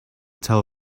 tell